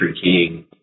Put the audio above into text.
king